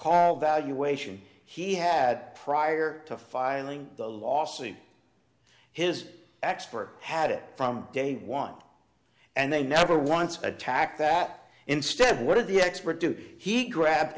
call valuation he had prior to filing the lawsuit his expert had it from day one and they never once attacked that instead what did the expert do he grabbed